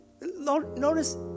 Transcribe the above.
Notice